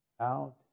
out